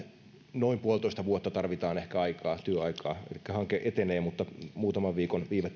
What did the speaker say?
noin puolitoista vuotta tarvitaan ehkä työaikaa elikkä hanke etenee mutta muutaman viikon viive